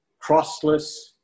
crossless